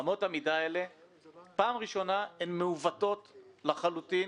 אמות המידה האלה הן מעוותות לחלוטין,